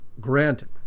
granted